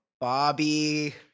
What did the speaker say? Bobby